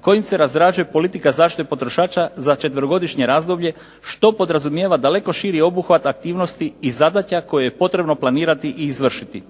kojim se razrađuje politika zaštite potrošača za četverogodišnje razdoblje što podrazumijeva daleko širi obuhvat aktivnosti i zadaća koje je potrebno planirati i izvršiti.